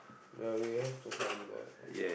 uh we have to find god lah